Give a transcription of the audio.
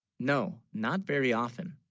no, not very often